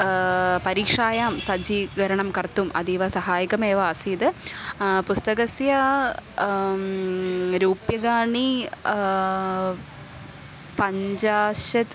परीक्षायां सज्जीकरणं कर्तुम् अतीवसहायकमेव आसीत् पुस्तकस्य रूप्यकाणि पञ्चाशत्